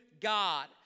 God